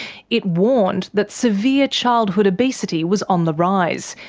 it warned that severe childhood obesity was on the rise,